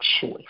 choice